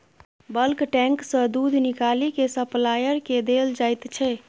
bulk tank सँ दुध निकालि केँ सप्लायर केँ देल जाइत छै